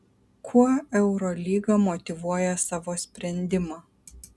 kuo eurolyga motyvuoja savo sprendimą